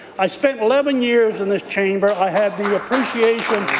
i spent eleven years in this chamber. i had the appreciation